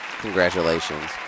congratulations